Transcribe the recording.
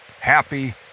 happy